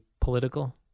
political